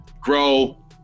grow